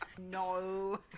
No